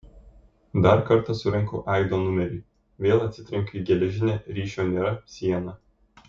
dar kartą surenku aido numerį vėl atsitrenkiu į geležinę ryšio nėra sieną